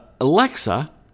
Alexa